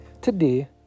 Today